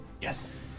Yes